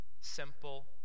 Simple